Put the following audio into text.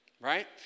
Right